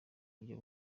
buryo